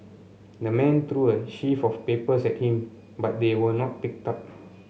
the man threw a sheaf of papers at him but they were not picked up